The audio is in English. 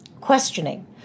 questioning